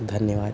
धन्यवाद